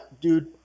dude